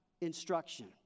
instruction